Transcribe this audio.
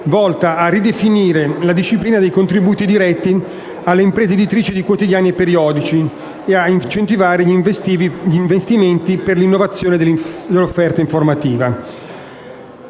volta a ridefinire la disciplina dei contributi diretti alle imprese editrici di quotidiani e periodici e ad incentivare gli investimenti per l'innovazione dell'offerta informativa.